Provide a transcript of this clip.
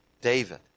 David